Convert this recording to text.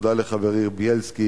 תודה לחברי בילסקי,